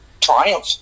Triumph